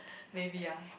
maybe ah